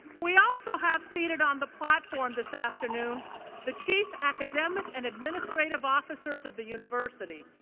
we also have seated on the platform this afternoon the chief academic and administrative officers of the university,